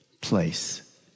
place